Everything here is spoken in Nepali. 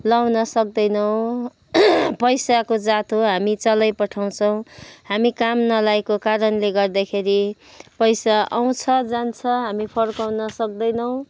लाउन सक्दैनौँ पैसाको जात हो हामी चलाइ पठाउँछौँ हामी काम नलाएको कारणले गर्दाखेरि पैसा आउँछ जान्छ हामी फर्काउन सक्दैनौँ